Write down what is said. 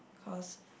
cause